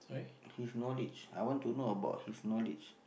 his knowledge I want to know about his knowledge